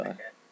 Okay